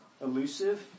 elusive